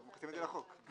מכניסים את זה לחוק.